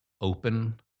open